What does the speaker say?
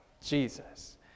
Jesus